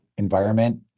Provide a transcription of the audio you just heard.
environment